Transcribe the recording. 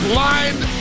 lined